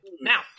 Now